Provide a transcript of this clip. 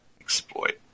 exploit